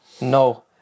No